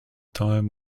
time